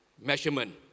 measurement